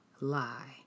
lie